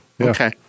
Okay